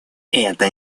это